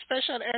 special